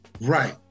Right